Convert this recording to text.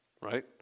right